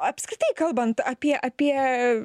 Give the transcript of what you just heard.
apskritai kalbant apie apie